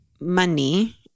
money